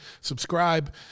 subscribe